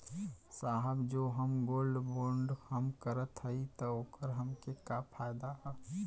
साहब जो हम गोल्ड बोंड हम करत हई त ओकर हमके का फायदा ह?